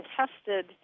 tested